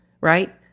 right